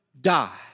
die